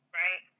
right